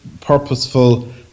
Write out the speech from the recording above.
purposeful